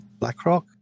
blackrock